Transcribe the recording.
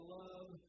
love